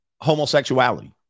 homosexuality